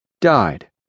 died